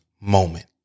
moment